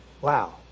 Wow